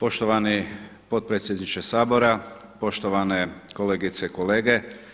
Poštovani potpredsjedniče Sabra, poštovane kolegice i kolege.